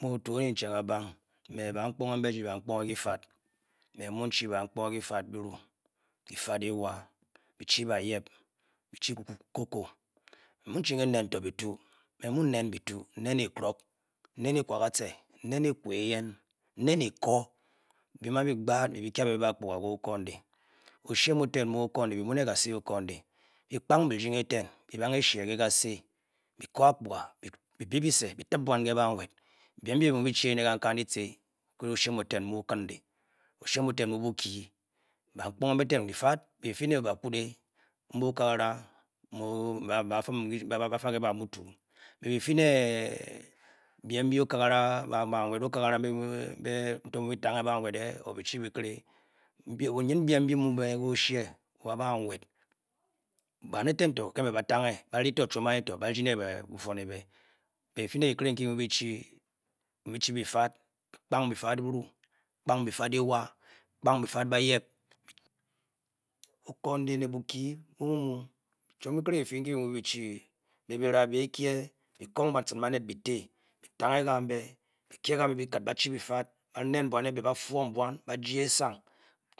Me otu onyien-cheng abang me bankpunge mbe ji bankpunge kyi faɨ me-mu'chi bankpunge kyifad ewa. kyifad byiru. byi che bayep. byi ch. cocoa mu'chi enen tō bitu me mu wueneé byitu nuéué ekrō. anen ekō anen ekwa ka'se nnēu ekwa éyén. byiem a'byi gbaat mbi byi ky a' bé akpuga ke' okundi o-shee mu'ten byi mu' nē kasi okundi byi kpang byinging eten byi ba' shee ke' kase. byi koō akpuga. byi bi byise byi tep bwan ke'ba'nwet byiem mbi bi mu chi éné kang-kāng dyici ke o-shee mu teu mu bukyi bankpunge mbe ten byifat be-byifi ne- bakut. mbe-okagara ba'fum. ba'fa ke-ba' motor-o be-byifi ne ba-nwet okagara mbe byimu chi bykere. ougu byiem byi mu'be ke o-shee wa'ba'nwet bwan eten to ke mbe ba'tange ba. ng tō chwom anyi ba'uyi ne' bufun e-be-be byife nē kékere nkyi byi mu'byi chi. byi mu'chi bifat byi kpang byifat byi-kpang biifad ewa ba'kpang byifat bay'ep, ōkundi ne' bukyi bu'mu-mu-ke. kere kyifi nkyi byi mu byi chi. be'byiraa'bé kŷe byi kong bacin banet byi ti byitange kan-bé. byi kye kan be-byiket ba-chi kyifat. ba'nen bwan ebe ba'fun bwan baja esang